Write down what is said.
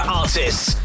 artists